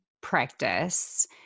practice